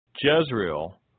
Jezreel